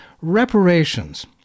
reparations